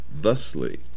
thusly